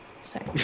Sorry